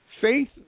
faith